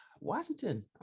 Washington